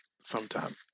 sometime